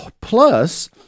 Plus